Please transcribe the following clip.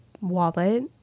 wallet